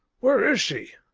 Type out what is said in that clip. where is she?